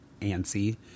antsy